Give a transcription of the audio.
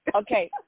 Okay